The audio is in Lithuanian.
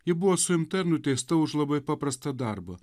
ji buvo suimta ir nuteista už labai paprastą darbą